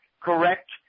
correct